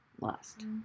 Lost